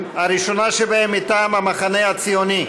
הראשונה שבהן, מטעם המחנה הציוני: